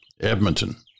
Edmonton